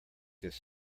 this